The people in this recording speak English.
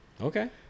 Okay